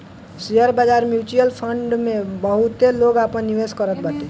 share बाजार, mutual fund में बहुते लोग आपन निवेश करत बाटे